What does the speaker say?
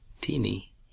teeny